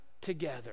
together